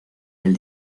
del